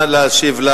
נא להשיב על